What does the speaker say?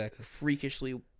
freakishly